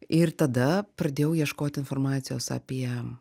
ir tada pradėjau ieškot informacijos apie